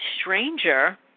stranger